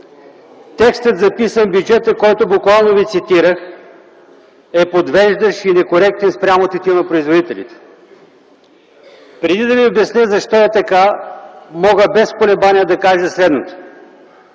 Текстът, записан в бюджета, който буквално Ви цитирах, е подвеждащ и некоректен спрямо тютюнопроизводителите. Преди да ви обясня защо е така, мога без колебание да кажа следното: